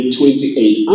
28